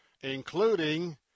including